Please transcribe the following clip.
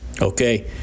Okay